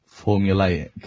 formulaic